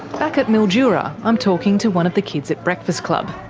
back at mildura, i'm talking to one of the kids at breakfast club.